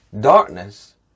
darkness